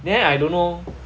then I don't know